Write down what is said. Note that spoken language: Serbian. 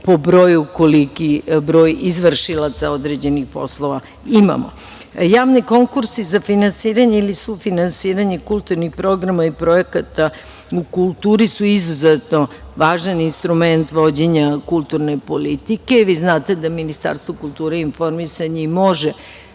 po broju koliki je broj izvršilaca određenih poslova imamo. Javni konkursi za finansiranje ili sufinansiranje kulturnih programa i projekata u kulturi su izuzetno važan instrument vođenja kulturne politike. Vi znate da Ministarstvo kulture i informisanja, može